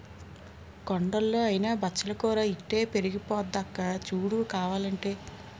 కొండల్లో అయినా బచ్చలి కూర ఇట్టే పెరిగిపోద్దక్కా సూడు కావాలంటే